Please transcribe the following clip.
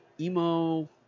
Emo